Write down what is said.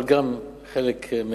אבל גם חלק מהפתרונות.